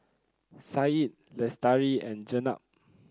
Syed Lestari and Jenab